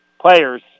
players